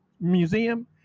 Museum